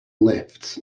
lifts